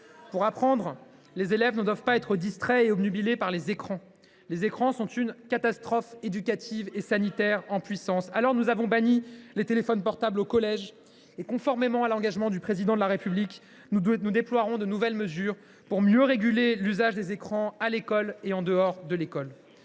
Pour apprendre, les élèves ne doivent pas être distraits et obnubilés par les écrans. Les écrans sont une catastrophe éducative et sanitaire en puissance. Nous avons donc banni les téléphones portables au collège et, conformément à l’engagement du Président de la République, nous déploierons de nouvelles mesures pour mieux réguler l’usage des écrans à l’école comme en dehors de celle